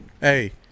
Hey